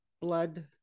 blood